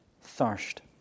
thirst